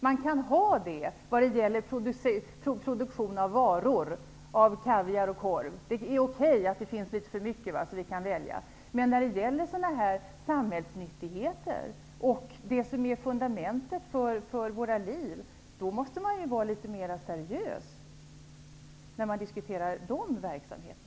Man kan ha en sådan situation när det gäller produktion av varor, av t.ex. korv och kaviar. Det är okej att det finns litet för mycket så att vi kan välja. Men när det gäller samhällsnyttigheter som utgör fundamenten för våra liv måste man vara litet mera seriös i sin diskussion.